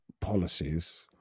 policies